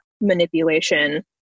manipulation